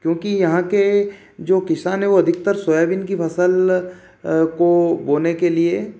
क्योंकि यहाँ के जो किसान है वो अधिकतर सोयाबीन की फसल को बोने के लिए